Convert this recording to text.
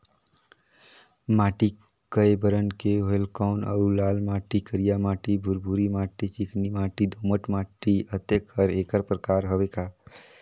माटी कये बरन के होयल कौन अउ लाल माटी, करिया माटी, भुरभुरी माटी, चिकनी माटी, दोमट माटी, अतेक हर एकर प्रकार हवे का?